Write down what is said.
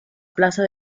plaza